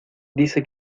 dice